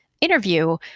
interview